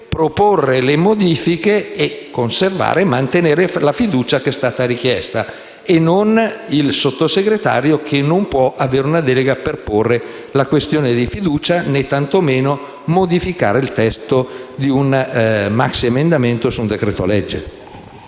proporre le modifiche e mantenere la fiducia che è stata richiesta, e non il Sottosegretario, che non ha la delega per porre la questione di fiducia, né tantomeno può modificare il testo di un maxiemendamento su un decreto-legge.